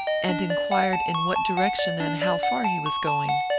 and inquired in what direction and how far he was going.